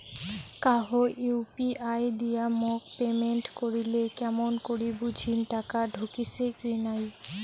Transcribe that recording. কাহো ইউ.পি.আই দিয়া মোক পেমেন্ট করিলে কেমন করি বুঝিম টাকা ঢুকিসে কি নাই?